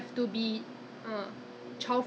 不是没有马来人跟你做吗